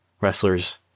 wrestlers